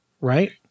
right